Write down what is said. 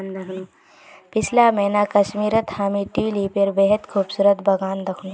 पीछला महीना कश्मीरत हामी ट्यूलिपेर बेहद खूबसूरत बगान दखनू